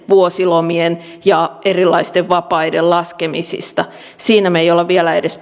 vuosilomien ja erilaisten vapaiden laskemisista siinä me emme ole vielä edes